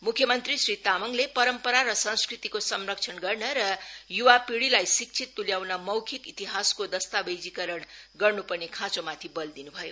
म्ख्य मंत्री श्री तामाङले परम्परा र संस्कृतिको संरक्षण गर्न र य्वा पीढिलाई शिक्षित तृल्याउन मौखिक इतिहासको दस्तावेजीकरण गर्नुपर्ने खाँचोमाथि बल दिनु भयो